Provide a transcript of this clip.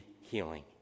healing